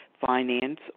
finance